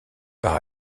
par